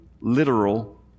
literal